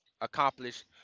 accomplish